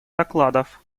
докладов